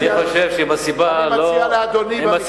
אני חושב שאם הסיבה לא מוצדקת,